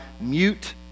mute